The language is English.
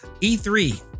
E3